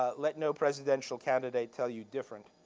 ah let no presidential candidate tell you different.